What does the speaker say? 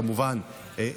כמובן,